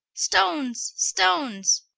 stones, stones.